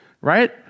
right